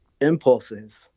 impulses